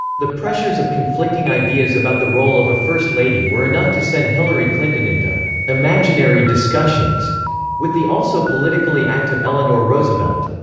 the pressures of conflicting ideas about the role of a first lady were enough to send hillary clinton into imaginary discussions with the also-politically-active eleanor roosevelt.